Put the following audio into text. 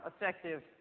effective